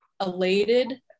elated